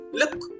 look